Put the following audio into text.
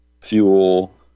Fuel